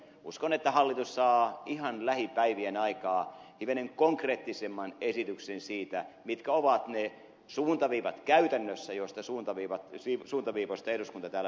uskon että hallitus saa ihan lähipäivien aikaan hivenen konkreettisemman esityksen siitä mitkä ovat käytännössä ne suuntaviivat joista suuntaviivoista eduskunta täällä päätti